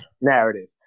Narrative